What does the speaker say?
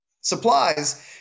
supplies